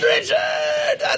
Richard